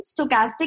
stochastic